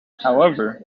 however